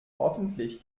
hoffentlich